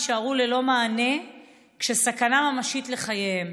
יישארו ללא מענה כשסכנה ממשית לחייהם.